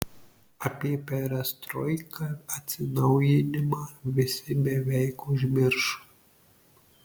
apie perestroiką atsinaujinimą visi beveik užmiršo